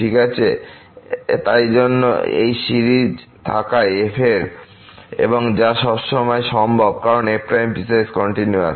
ঠিক আছে তাইজন্য এই সিরিজ থাকা f এর এবং যা সবসময় সম্ভব কারণ f পিসওয়াইস কন্টিনিউয়াস